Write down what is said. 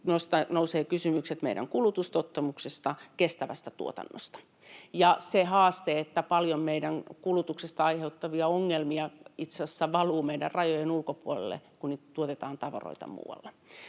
nousevat kysymykset meidän kulutustottumuksista, kestävästä tuotannosta ja se haaste, että meidän kulutuksesta aiheutuvia ongelmia itse asiassa valuu paljon meidän rajojen ulkopuolelle, kun tuotetaan tavaroita muualla.